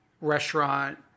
restaurant